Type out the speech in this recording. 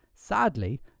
Sadly